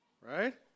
right